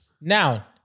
Now